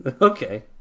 Okay